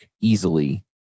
easily